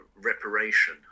reparation